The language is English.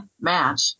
match